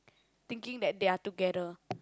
thinking that they're together